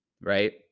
right